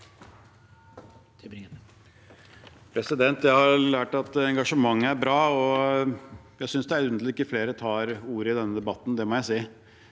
Jeg har lært at engasjement er bra, og jeg synes det er underlig at ikke flere tar ordet i denne debatten, det må jeg si.